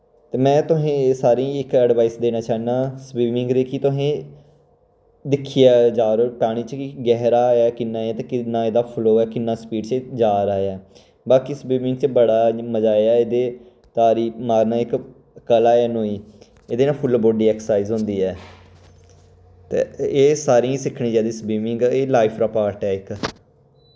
ते में तुसें सारें गी इक एडवाइस देना चाह्ना स्विमिंग दी के तुसें दिक्खियै जारो पानी च कि गैह्रा ऐ किन्ना ऐ ते किन्ना ऐह्दा फ्लो ऐ किन्ना स्पीड च जा दा ऐ बाकि स्विमिंग च बड़ा इ'यां मजा ऐ ते तारी मारना इक कला ऐ नोईं एह्दे नै फुल्ल बाडी एक्सरसाइज होंदी ऐ ते एह् सारें गी सिक्खनी चाहिदी दी स्विमिंग एह् लाइफ दा पार्ट ऐ इक